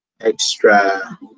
extra